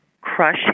crush